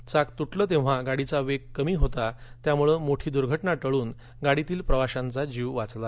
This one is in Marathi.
चाक तूटलं तेंव्हा गाडीचा वेग कमी होता त्यामुळे मोठी दूर्घटना टळून गाडीतील प्रवाशांचा जीव वाचला